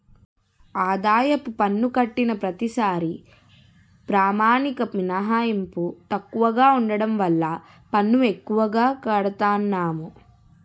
ఆదాయపు పన్ను కట్టిన ప్రతిసారీ ప్రామాణిక మినహాయింపు తక్కువగా ఉండడం వల్ల పన్ను ఎక్కువగా కడతన్నాము